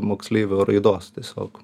moksleivio raidos tiesiog